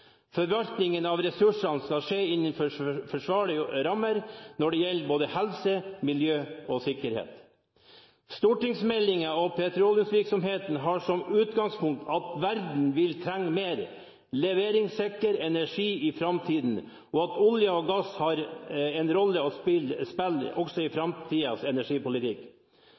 Forvaltningen av ressursene skal skje innenfor forsvarlige rammer når det gjelder både helse, miljø og sikkerhet. Stortingsmeldingen om petroleumsvirksomheten har som utgangspunkt at verden vil trenge mer leveringssikker energi i framtiden, og at olje og gass har en rolle å spille også i framtidens energipolitikk.